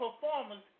performance